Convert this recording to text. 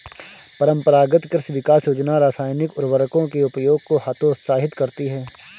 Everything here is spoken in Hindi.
परम्परागत कृषि विकास योजना रासायनिक उर्वरकों के उपयोग को हतोत्साहित करती है